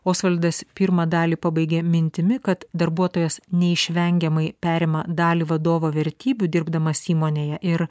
osvaldas pirmą dalį pabaigė mintimi kad darbuotojas neišvengiamai perima dalį vadovo vertybių dirbdamas įmonėje ir